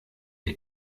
der